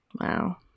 Wow